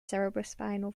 cerebrospinal